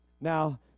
Now